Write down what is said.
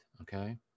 Okay